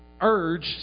urged